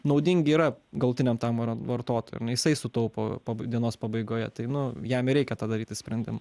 naudingi yra galutiniam tam vara vartotui ar ne jisai sutaupo po dienos pabaigoje tai nu jam ir reikia tą daryti sprendimą